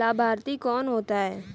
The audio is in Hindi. लाभार्थी कौन होता है?